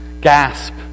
gasp